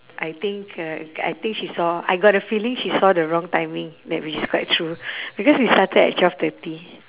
I think uh I think she saw I got a feeling she saw the wrong timing that we through because we started at twelve thirty